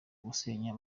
gusenya